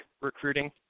Recruiting